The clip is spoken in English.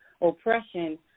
oppression